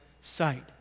sight